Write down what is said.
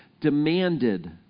demanded